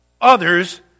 others